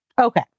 Okay